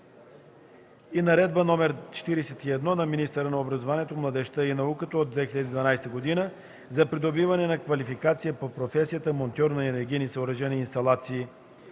и Наредба № 41 на министъра на образованието, младежта и науката от 2012 г. за придобиване на квалификация по професията „Монтьор на енергийни съоръжения и инсталации”.